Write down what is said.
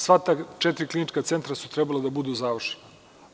Sva ta četiri klinička centra su trebala da budu završena.